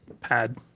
pad